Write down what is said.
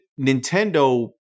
Nintendo